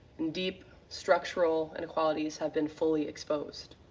and deep structural inequalities have been fully exposed.